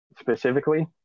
specifically